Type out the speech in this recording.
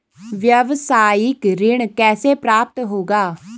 व्यावसायिक ऋण कैसे प्राप्त होगा?